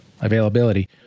availability